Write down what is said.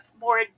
more